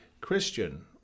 Christian